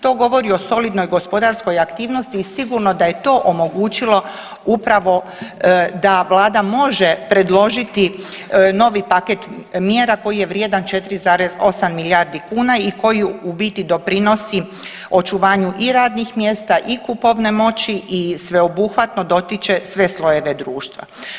To govori o solidnoj gospodarskoj aktivnosti i sigurno da je to omogućilo upravo da vlada može predložiti novi paket mjera koji je vrijedan 4,8 milijardi kuna i koji u biti doprinosi očuvanju i radnih mjesta i kupovne moći i sveobuhvatno dotiče sve slojeve društva.